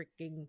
freaking